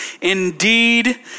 indeed